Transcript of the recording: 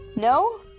no